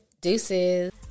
Deuces